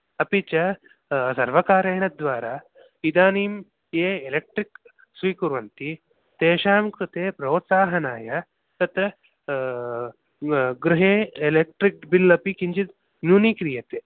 अपि च सर्वकारेण द्वारा इदानीं ये एलेक्ट्रिक् स्वीकुर्वन्ति तेषां कृते प्रोत्साहनाय तत्र गृहे एलेक्ट्रिक् बिल् अपि किञ्चित् न्यूनीक्रियते